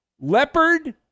Leopard